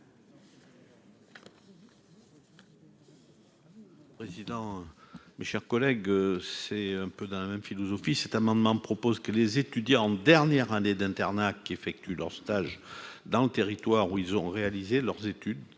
bon. Président, mes chers collègues, c'est un peu dans la même philosophie, cet amendement propose que les étudiants en dernière année d'internat qui effectuent leur stage dans le territoire où ils ont réalisé leurs études,